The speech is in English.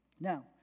now